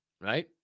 right